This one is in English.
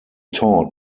taught